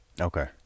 Okay